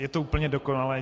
Je to úplně dokonalé.